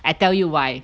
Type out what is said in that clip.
I tell you why